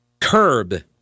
curb